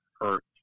hurt